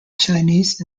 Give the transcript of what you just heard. chinese